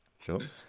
sure